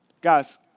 Guys